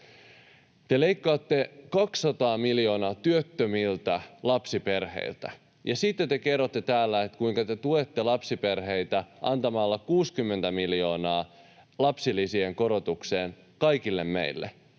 Te leikkaatte 200 miljoonaa työttömiltä lapsiperheiltä, ja sitten te kerrotte täällä, kuinka te tuette lapsiperheitä antamalla 60 miljoonaa lapsilisien korotukseen kaikille meille,